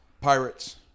Pirates